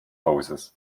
hauses